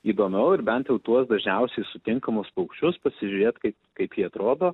įdomiau ir bent jau tuos dažniausiai sutinkamus paukščius pasižiūrėt kaip kaip jie atrodo